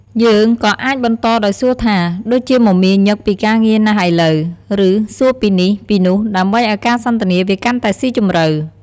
យើងក៏អាចបន្តដោយសួរថា "ដូចជាមមាញឹកពីការងារណាស់ឥឡូវ?" ឬ "សួរពីនេះ ពីនោះ" ដើម្បីអោយការសន្ទនាវាកាន់តែស៊ីជម្រៅ។